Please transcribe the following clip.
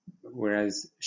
whereas